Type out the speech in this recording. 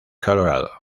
colorado